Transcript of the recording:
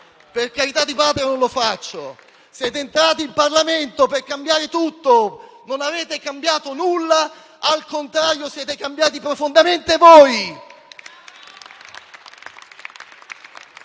per carità di Patria non lo faccio. Siete entrati in Parlamento per cambiare tutto, ma non avete cambiato nulla e al contrario siete cambiati profondamente voi!